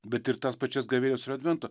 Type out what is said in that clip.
bet ir tas pačias gavėnios ir advento